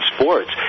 sports